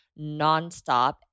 nonstop